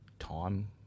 time